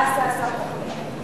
מה עשה השר כחלון?